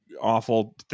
awful